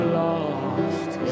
lost